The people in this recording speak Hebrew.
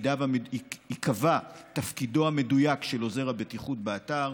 ייקבע תפקידו המדויק של עוזר הבטיחות באתר,